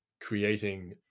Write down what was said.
creating